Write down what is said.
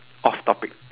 off topic